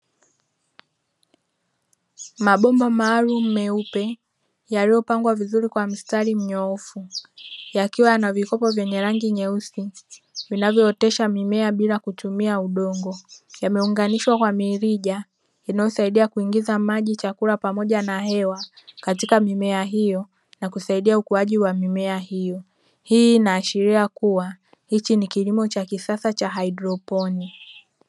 Mabomba maalumu meupe, yaliyopangwa vizuri kwa mstari mnyoofu, yakiwa yana vikopo vyenye rangi nyeusi vinavyootesha mimea bila kutumia udongo, yameunganishwa kwa mirija inayosaidia kuingiza maji, chakula pamoja na hewa katika mimea hiyo na kusaidia ukuaji wa mimea hiyo. Hii inaashiria kuwa hiki ni kilimo cha kisasa cha haidroponi.